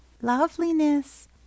Loveliness